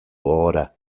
gogora